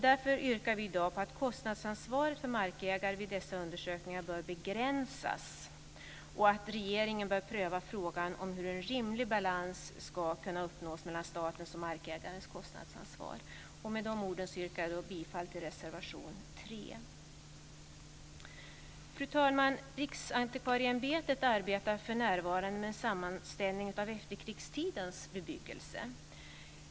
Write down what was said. Därför yrkar vi i dag på att kostnadsansvaret för markägaren vid dessa undersökningar bör begränsas och att regeringen bör pröva frågan om hur en rimlig balans ska kunna uppnås mellan statens och markägarens kostnadsansvar. Med de orden yrkar jag bifall till reservation 3. Fru talman! Riksantikvarieämbetet arbetar för närvarande med en sammanställning av efterkrigstidens bebyggelse.